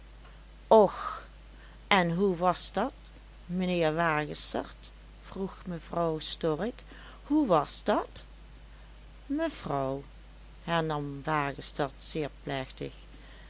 och en hoe was dat mijnheer wagestert vroeg mevrouw stork hoe was dat mevrouw hernam wagestert zeer plechtig